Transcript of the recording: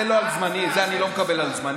זה לא על זמני, את זה אני לא מקבל על זמני.